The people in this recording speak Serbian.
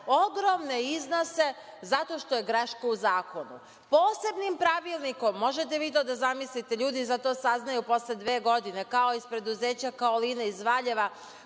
ogromne iznose zato što je greška u zakonu. Posebnim pravilnikom, možete da zamislite, ljudi za to saznaju posle dve godine, kao što je preduzeće „Kaolin“ Valjevo,